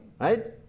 Right